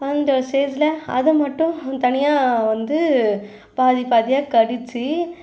வளர்ந்து வர்ற ஸ்டேஜ்ஜில் அதை மட்டும் தனியாக வந்து பாதி பாதியாக கடித்து